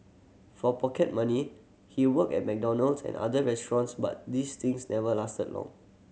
for pocket money he worked at McDonald's and other restaurants but these stints never lasted long